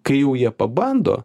kai jau jie pabando